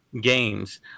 games